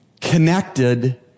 connected